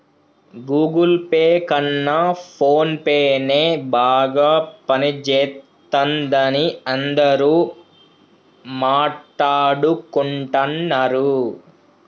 Google Pay కన్నా ఫోన్పేనే బాగా పనిజేత్తందని అందరూ మాట్టాడుకుంటన్నరు